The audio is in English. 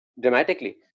Dramatically